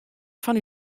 fan